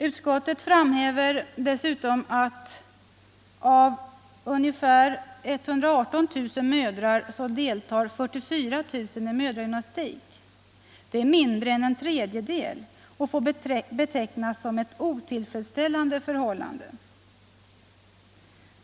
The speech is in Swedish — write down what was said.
Utskottet framhåller dessutom att av ungefär 118 000 mödrar deltar 44 000 i mödragymnastik. Det är mindre än en tredjedel och får betecknas som ett otillfredsställande förhållande.